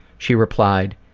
she replied,